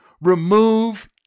remove